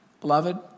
beloved